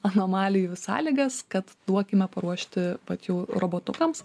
anomalijų sąlygas kad duokime paruošti vat jau robotukams